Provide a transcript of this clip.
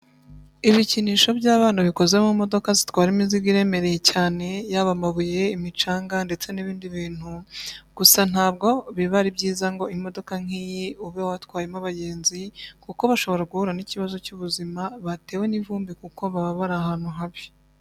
Ibikinisho by'abana bikoze mu modoka zitwara imizigo iremereye cyane, yaba amabuye, imicanga ndetse n'ibindi bintu, gusa ntabwo biba ari byiza ngo imodoka nk'iyi ube watwayemo abagenzi kuko bashobora guhura n'ikibazo cy'ubuzima batewe n'ivumbi kuko baba bari ahantu habi.